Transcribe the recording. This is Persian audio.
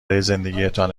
زندگیتان